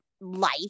life